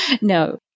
no